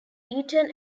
eton